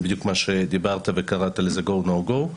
זה בדיוק מה שדיברת וקראת לזה go no go.